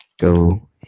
go